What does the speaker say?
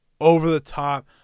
over-the-top